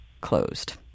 closed